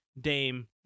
Dame